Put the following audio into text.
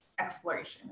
exploration